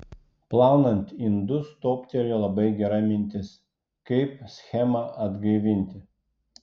plaunant indus toptelėjo labai gera mintis kaip schemą atgaivinti